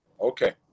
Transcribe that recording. Okay